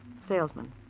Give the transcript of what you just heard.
salesman